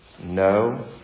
No